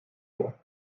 vor